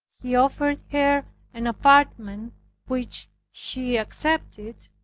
he offered her an apartment which she accepted,